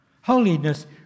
Holiness